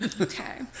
Okay